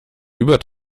über